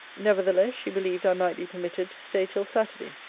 nevertheless, she believed i might be permitted to stay till saturday.